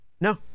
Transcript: No